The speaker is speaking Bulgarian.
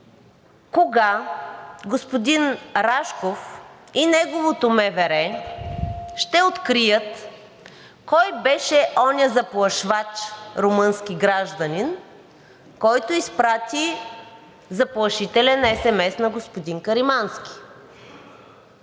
Кога господин Рашков и неговото МВР ще открият кой беше онзи заплашвач – румънски гражданин, който изпрати заплашителен есемес на господин Каримански?